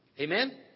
Amen